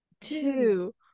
two